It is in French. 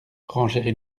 renchérit